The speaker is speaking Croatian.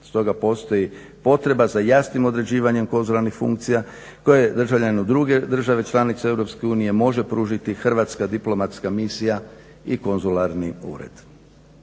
Stoga postoji potreba za jasnim određivanjem konzularnih funkcija koje državljaninu druge države članice EU može pružiti Hrvatska diplomatska misija i konzularni ured.